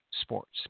Sports